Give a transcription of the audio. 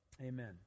Amen